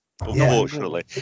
unfortunately